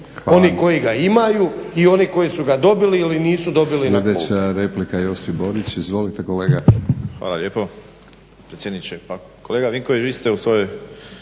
oni koji ga imaju i oni koji su ga dobili ili nisu dobili na klupe.